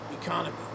economy